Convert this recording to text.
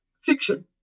fiction